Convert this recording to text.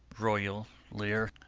royal lear,